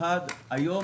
ראשית, היום